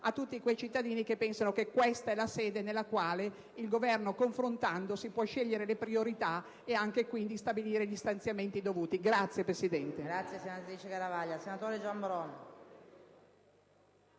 a tutti quei cittadini che pensano che questa sia la sede nella quale il Governo, confrontandosi, può scegliere le priorità e quindi anche stabilire gli stanziamenti dovut**i.** *(Applausi del